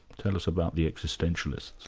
tell us about the existentialists.